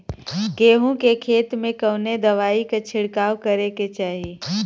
गेहूँ के खेत मे कवने दवाई क छिड़काव करे के चाही?